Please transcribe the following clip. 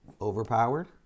overpowered